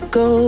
go